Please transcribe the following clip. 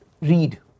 read